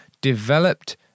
developed